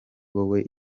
wowe